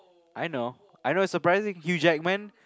I know I know surprising Hugh-Jackman